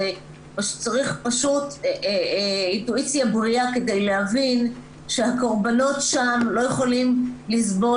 פשוט צריך אינטואיציה ברורה כדי להבין שהקורבנות שם לא יכולים לסבול